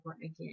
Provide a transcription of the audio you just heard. again